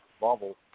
bubble